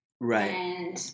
Right